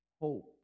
hope